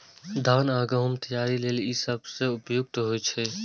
धान आ गहूम तैयारी लेल ई सबसं उपयुक्त होइ छै